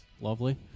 Lovely